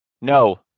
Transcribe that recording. No